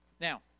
Now